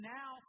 now